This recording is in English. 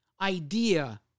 idea